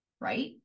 right